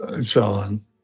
John